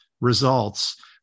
results